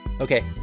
Okay